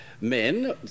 men